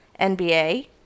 NBA